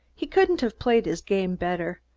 he couldn't have played his game better,